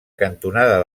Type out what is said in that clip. cantonada